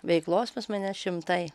veiklos pas mane šimtai